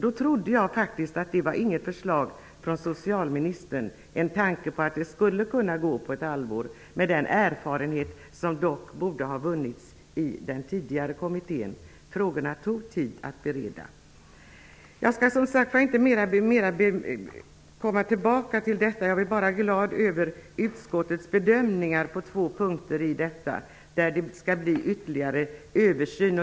Då trodde jag faktiskt inte att det var ett förslag från socialministern, en tanke på att det skulle kunna gå på ett halvår, med den erfarenhet som dock borde ha vunnits i den tidigare kommittén. Frågorna tog tid att bereda. Jag vill bara säga att jag är glad över utskottets bedömningar på två punkter där det sägs att det skall bli ytterligare översyn.